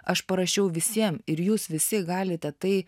aš parašiau visiem ir jūs visi galite tai